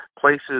places